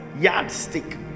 yardstick